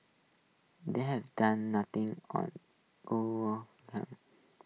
they've done nothing on